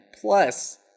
plus